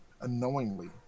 unknowingly